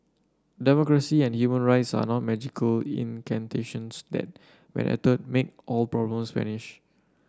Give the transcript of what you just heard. democracy and human rights are not magical incantations that when uttered make all problems vanish